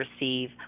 receive